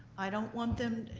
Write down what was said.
i don't want them.